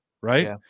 Right